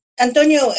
antonio